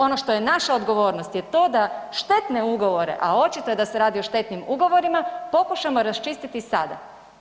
Ono što je naša odgovornost je to da štetne ugovore, a očito je da se radi o štetnim ugovorima, pokušamo raščistiti sada.